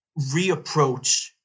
reapproach